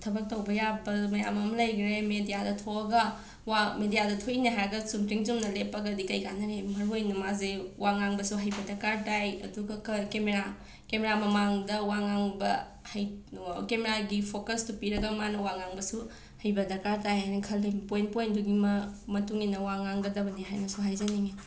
ꯊꯕꯛ ꯇꯧꯕ ꯌꯥꯕ ꯃꯌꯥꯝ ꯑꯃ ꯂꯩꯈꯔꯦ ꯃꯦꯗꯤꯌꯥꯗ ꯊꯣꯛꯑꯒ ꯋꯥ ꯃꯤꯗꯤꯌꯥꯗ ꯊꯣꯛꯏꯅꯦ ꯍꯥꯏꯔꯒ ꯆꯨꯝꯗ꯭ꯔꯤꯡ ꯆꯨꯝꯅ ꯂꯦꯞꯄꯒꯗꯤ ꯀꯩ ꯀꯥꯟꯅꯅꯤ ꯃꯔꯨ ꯑꯣꯏꯅ ꯃꯥꯁꯦ ꯋꯥ ꯉꯥꯡꯕꯁꯨ ꯍꯩꯕ ꯗꯔꯀꯥꯔ ꯇꯥꯏ ꯑꯗꯨꯒ ꯀ ꯀꯦꯃꯦꯔꯥ ꯀꯦꯃꯦꯔꯥ ꯃꯃꯥꯡꯗ ꯋꯥ ꯉꯥꯡꯕ ꯍꯩꯠ ꯀꯦꯃꯦꯔꯥꯒꯤ ꯐꯣꯀꯁꯇꯨ ꯄꯤꯔꯒ ꯃꯥꯅ ꯋꯥ ꯉꯥꯡꯕꯁꯨ ꯍꯩꯕ ꯗꯔꯀꯥꯔ ꯇꯥꯏꯌꯦꯅ ꯈꯜꯂꯤ ꯄꯣꯏꯟ ꯄꯣꯏꯟꯗꯨꯒꯤ ꯃ ꯃꯇꯨꯡ ꯏꯟꯅ ꯋꯥ ꯉꯥꯡꯒꯗꯕꯅꯤ ꯍꯥꯏꯅꯁꯨ ꯍꯥꯏꯖꯅꯤꯡꯏ